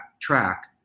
track